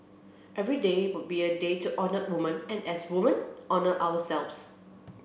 every day would be a day to honour women and as women honour ourselves